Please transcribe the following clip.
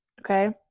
Okay